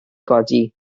godi